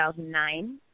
2009